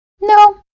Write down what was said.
No